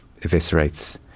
eviscerates